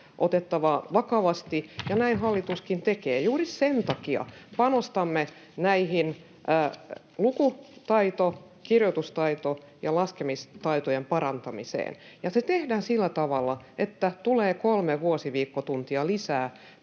otettava vakavasti, ja näin hallituskin tekee. Juuri sen takia panostamme luku-, kirjoitus- ja laskemistaitojen parantamiseen, ja se tehdään sillä tavalla, että tulee kolme vuosiviikkotuntia lisää